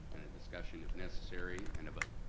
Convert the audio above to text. and a discussion, if necessary, and a vote.